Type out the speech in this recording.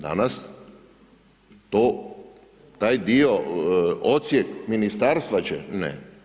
Danas to, taj dio, odsjek ministarstva će, ne.